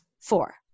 Four